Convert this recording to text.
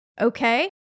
okay